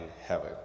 heaven